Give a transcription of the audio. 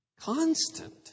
Constant